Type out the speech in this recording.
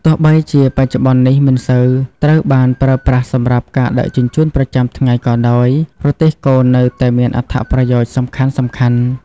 ទោះបីជាបច្ចុប្បន្ននេះមិនសូវត្រូវបានប្រើប្រាស់សម្រាប់ការដឹកជញ្ជូនប្រចាំថ្ងៃក៏ដោយ រទេះគោនៅតែមានអត្ថប្រយោជន៍សំខាន់ៗ ។